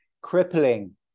crippling